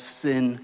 sin